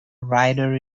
rider